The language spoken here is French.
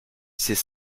ces